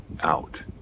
out